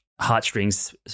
heartstrings